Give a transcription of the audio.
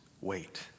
wait